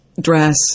dress